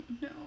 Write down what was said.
no